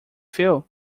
feel